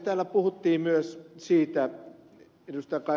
täällä puhuttiin myös siitä ed